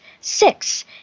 Six